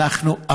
אנחנו,